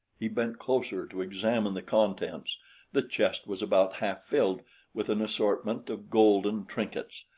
he bent closer to examine the contents the chest was about half filled with an assortment of golden trinkets.